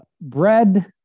bread